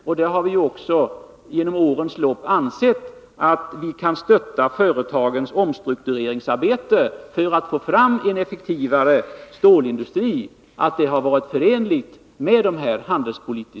Under årens lopp har vi också ansett det förenligt med de handelspolitiska ramarna att stötta företagens omstruktureringsarbete för att få fram en effektivare stålindustri.